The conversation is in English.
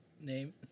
name